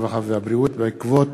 הרווחה והבריאות בעקבות